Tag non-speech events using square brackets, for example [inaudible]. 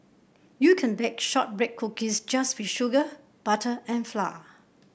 you can [unintelligible] shortbread cookies just with sugar butter and flour